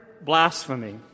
blasphemy